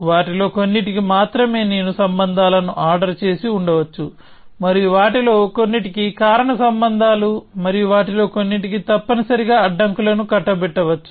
వాటిలో కొన్నింటికి మాత్రమే నేను సంబంధాలను ఆర్డర్ చేసి ఉండవచ్చు మరియు వాటిలో కొన్నింటికి కారణ సంబంధాలు మరియు వాటిలో కొన్నింటికి తప్పనిసరిగా అడ్డంకులను కట్టబెట్టవచ్చు